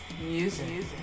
Music